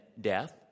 death